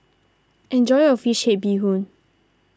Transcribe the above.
enjoy your Fish Head Bee Hoon